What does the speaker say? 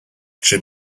czy